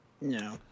No